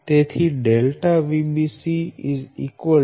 તેથી ΔVbc a